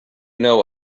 know